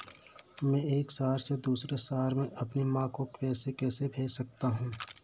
मैं एक शहर से दूसरे शहर में अपनी माँ को पैसे कैसे भेज सकता हूँ?